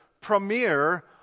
premier